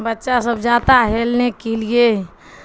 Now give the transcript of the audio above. بچہ سب جاتا ہلنے کے لیے